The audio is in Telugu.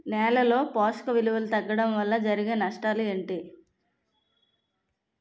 నేలలో పోషక విలువలు తగ్గడం వల్ల జరిగే నష్టాలేంటి?